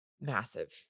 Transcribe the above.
massive